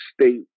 state